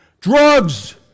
Drugs